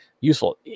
useful